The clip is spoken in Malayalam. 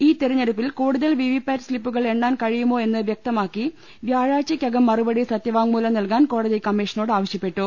ഈ തെരഞ്ഞെടുപ്പിൽ കൂടുതൽ വിവി പാറ്റ് സ്ലിപ്പുകൾ എണ്ണാൻ കഴിയുമോ എന്ന് വ്യക്തമാക്കി വ്യാഴാഴ്ച്ച ക്കകം മറുപടി സത്യവാങ്മൂലം നൽകാൻ കോടതി കമ്മീഷനോട് ആവശ്യപ്പെട്ടു